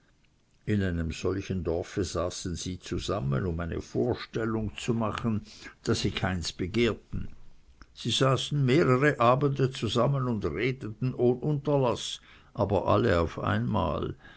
in einem solchen dorfe saßen sie zusammen um eine vorstellung zu machen daß sie keines begehrten sie saßen mehrere abende zusammen und redeten ohne unterlaß aber alle auf einmal